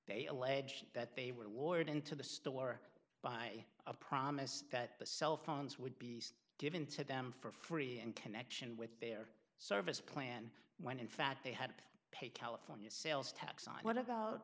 they allege that they were awarded to the store by a promise that the cellphones would be given to them for free in connection with their service plan when in fact they had paid california sales tax on what about